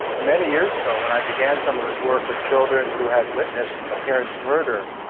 many years ago when i began some of this work with children who had witnessed a parent's murder,